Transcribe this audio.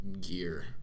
gear